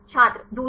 छात्र दूरी